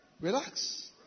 relax